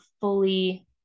fully